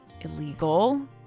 illegal